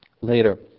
later